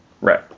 Right